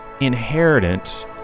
inheritance